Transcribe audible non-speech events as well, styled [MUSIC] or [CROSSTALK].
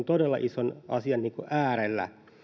[UNINTELLIGIBLE] todella ison asian äärellä